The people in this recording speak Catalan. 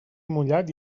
mullat